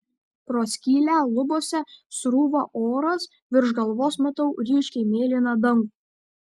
pro skylę lubose srūva oras virš galvos matau ryškiai mėlyną dangų